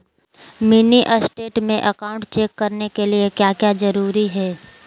Mini statement account check करने के लिए क्या क्या जरूरी है?